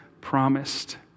promised